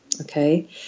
okay